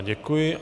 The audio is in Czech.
Děkuji.